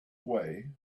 way